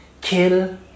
Kill